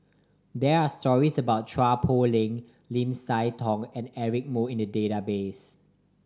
there are stories about Chua Poh Leng Lim Siah Tong and Eric Moo in the database